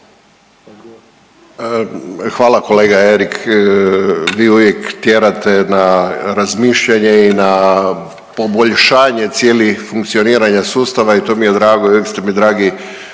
Hvala kolega Erik. Vi uvijek tjerate na razmišljanje i na poboljšanje cijeli funkcioniranja sustava i to mi je drago i uvijek ste mi dragi